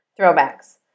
Throwbacks